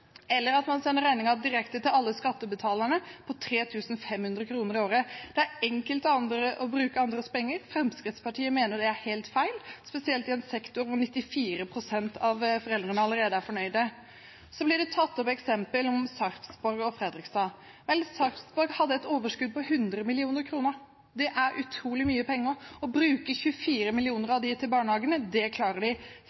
eller at man sender en regning på 3 500 kr i året direkte til alle skattebetalerne. Det er enkelt å bruke andres penger. Fremskrittspartiet mener det er helt feil, spesielt i en sektor der 94 pst. av foreldrene allerede er fornøyd. Så blir det vist til Sarpsborg og Fredrikstad. Sarpsborg hadde et overskudd på 100 mill. kr. Det er utrolig mye penger. Å bruke 24